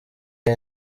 iya